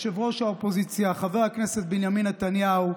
ראש האופוזיציה חבר הכנסת בנימין נתניהו,